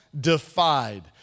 defied